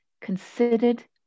Considered